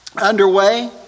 underway